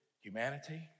humanity